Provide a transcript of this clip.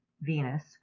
Venus